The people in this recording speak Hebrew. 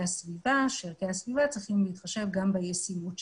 הסביבה כאשר ערכי הסביבה צריכים להתחשב גם בישימות שלהם.